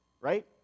right